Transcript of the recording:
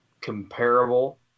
comparable